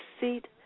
seat